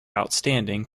outstanding